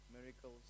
miracles